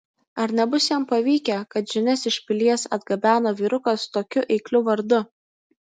ar nebus jam pavykę kad žinias iš pilies atgabeno vyrukas tokiu eikliu vardu